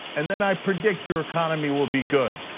and then i predict your economy will be good.